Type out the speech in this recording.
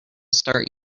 start